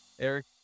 Eric